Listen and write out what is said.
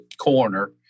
coroner